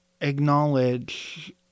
acknowledge